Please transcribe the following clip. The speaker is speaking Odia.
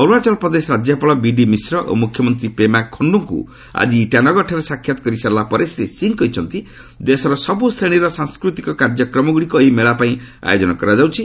ଅରୁଣାଚଳ ପ୍ରଦେଶ ରାଜ୍ୟପାଳ ବିଡି ମିଶ୍ର ଓ ମୁଖ୍ୟମନ୍ତ୍ରୀ ପେମା ଖଣ୍ଡୁଙ୍କୁ ଆକି ଇଟାନଗରଠାରେ ସାକ୍ଷାତ କରିସାରିଲା ପରେ ଶ୍ରୀ ସିଂହ କହିଛନ୍ତି ଦେଶର ସବୁ ଶ୍ରେଣୀର ସାଂସ୍କୃତିକ କାର୍ଯ୍ୟକ୍ରମଗୁଡ଼ିକ ଏହି ମେଳା ପାଇଁ ଆୟୋଜନ କରାଯାଉଛି